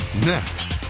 next